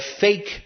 fake